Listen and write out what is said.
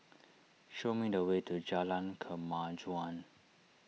show me the way to Jalan Kemajuan